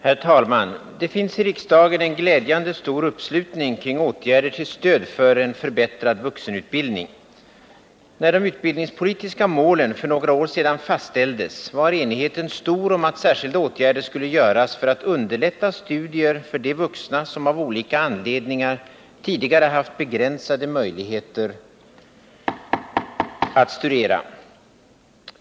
Herr talman! Det finns i riksdagen en glädjande stor uppslutning kring åtgärder till stöd för förbättrad vuxenutbildning. När de utbildningspolitiska målen för några år sedan fastställdes, var enigheten stor om att särskilda åtgärder skulle vidtas för att underlätta studier för de vuxna som av olika anledningar tidigare haft begränsade möjligheter att studera.